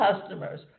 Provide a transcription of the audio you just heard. customers